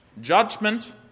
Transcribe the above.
Judgment